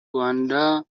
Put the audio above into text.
rwanda